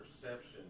Perception